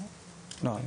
לא.